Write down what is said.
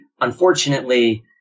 Unfortunately